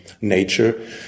nature